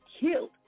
killed